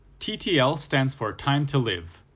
ttl stands for time to live.